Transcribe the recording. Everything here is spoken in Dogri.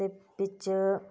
ते बिच्च